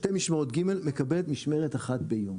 שתי משמרות ג' מקבלת משמרת אחת ביום.